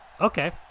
Okay